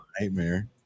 nightmare